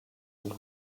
and